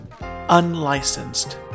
Unlicensed